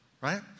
right